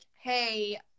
hey